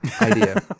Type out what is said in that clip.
idea